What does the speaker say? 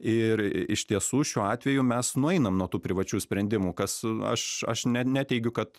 ir iš tiesų šiuo atveju mes nueinam nuo tų privačių sprendimų kas aš aš ne neteigiu kad